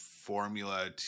formula